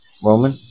Roman